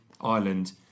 Ireland